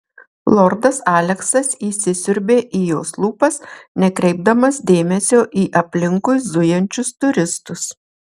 lordas aleksas įsisiurbė į jos lūpas nekreipdamas dėmesio į aplinkui zujančius turistus